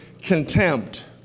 contempt